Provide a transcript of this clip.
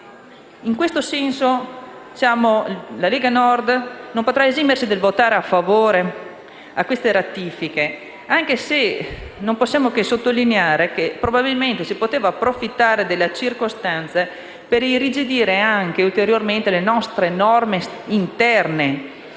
pericolose. La Lega Nord non potrà esimersi dal votare a favore delle ratifiche in esame, anche se non possiamo che sottolineare che, probabilmente, si poteva approfittare della circostanza per irrigidire ulteriormente le nostre norme interne